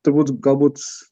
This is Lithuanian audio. turbūt galbūt